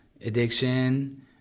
addiction